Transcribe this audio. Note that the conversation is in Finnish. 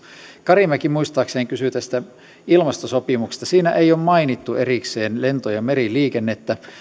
karimäki muistaakseni kysyi tästä ilmastosopimuksesta siinä ei ole mainittu erikseen lento ja meriliikennettä